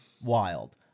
Wild